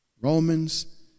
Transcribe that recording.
Romans